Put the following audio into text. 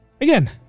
again